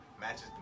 matches